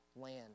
land